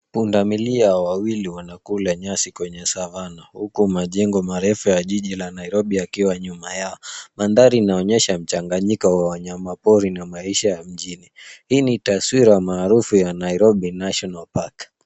Pundamilia wawili wanakula nyasi kwenye savannah huku majengo marefu ya jiji la Nairobi yakiwa nyuma yao. Mandhari inaonyesha mchanganyiko wa wanyamapori na maisha ya mjini. Hii ni taswira maafuru ya, Nairobi national Park.